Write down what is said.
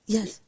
Yes